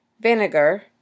vinegar